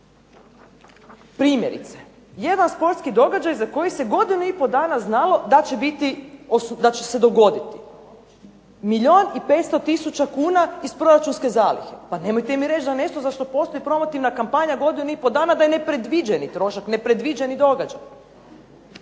Primjerice, jedan sportski događaj za koji se godinu i pol dana znalo da će biti, da će se dogoditi, milijun i 500 tisuća kuna iz proračunske zalihe. Nemojte mi reći da nešto za što postoji promotivna kampanja godinu i pol dana da je nepredviđeni trošak. Nepredviđeni događaj.